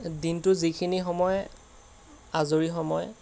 দিনটোৰ যিখিনি সময় আজৰি সময়